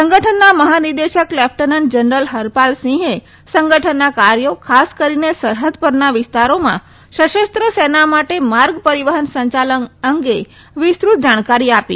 સંગઠનના મહાનિદેશક lieutenant general હરપાલસિંહે સંગઠનના કાર્યો ખાસ કરીને સરહદ પરના વિસ્તારોમાં સશસ્ત્ર સેના માટે માર્ગ પરીવહન સંચાલન અંગે વિસ્તૃત જાણકારી આપી